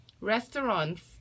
restaurants